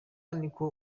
niko